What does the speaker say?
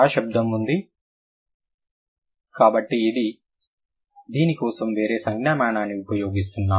శ శబ్దం ఇది కాబట్టి నేను దీని కోసం వేరే సంజ్ఞామానాన్ని ఉపయోగిస్తున్నాను